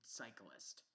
cyclist